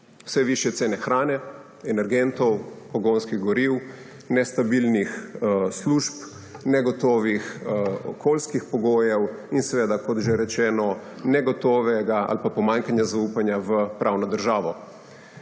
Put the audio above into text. vse višje cene hrane, energentov, pogonskih goriv, nestabilnih služb, negotovih okoljskih pogojev in seveda, kot že rečeno, pomanjkanje zaupanja v pravno državo.